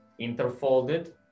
interfolded